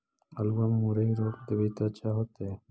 आलुआ में मुरई रोप देबई त अच्छा होतई?